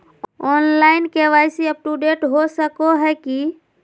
Online KYC update हो सको है की?